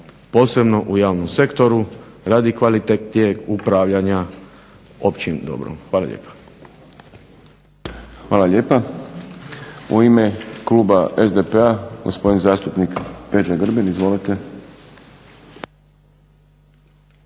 posebno u javnom sektoru radi kvalitetnijeg upravljanja općim dobrom. Hvala lijepa. **Šprem, Boris (SDP)** Hvala lijepa. U ime kluba SDP-a, gospodin zastupnik Peđa Grbin. Izvolite.